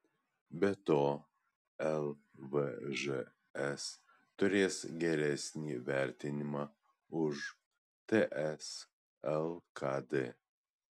be to lvžs turės geresnį vertinimą už ts lkd